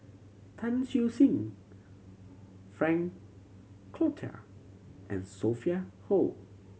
Tan Siew Sin Frank Cloutier and Sophia Hull